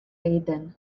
egiten